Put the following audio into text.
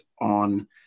on